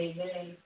Amen